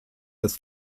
des